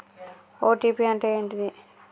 OTP అంటే ఏంటిది?